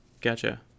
gotcha